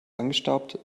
angestaubt